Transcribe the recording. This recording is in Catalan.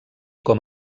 com